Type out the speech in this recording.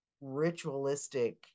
ritualistic